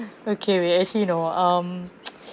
okay wait actually no um